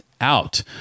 out